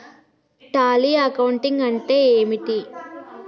Tally accounting అంటే ఏమిటి?